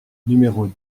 numéros